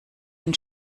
den